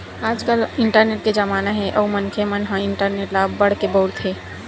आजकाल इंटरनेट के जमाना हे अउ मनखे ह इंटरनेट ल अब्बड़ के बउरत हे